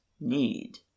need